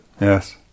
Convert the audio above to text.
Yes